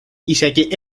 isegi